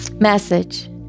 Message